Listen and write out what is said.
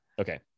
Okay